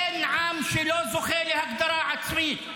אין עם שלא זוכה להגדרה עצמית.